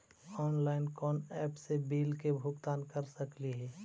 Online कोन app से bill के भुगतान कर सकली ही?